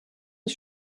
des